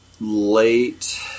late